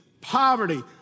poverty